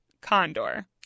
condor